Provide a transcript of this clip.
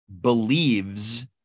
believes